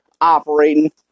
operating